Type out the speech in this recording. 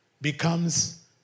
becomes